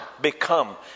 Become